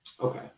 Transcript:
Okay